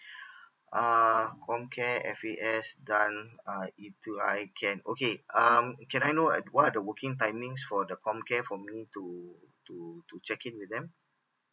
uh COMCARE F_A_S done uh okay um can I know wha~ what are the working timings for the COMCARE for me to to to check in with them